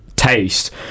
taste